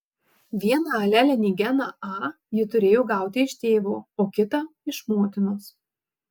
vieną alelinį geną a ji turėjo gauti iš tėvo o kitą iš motinos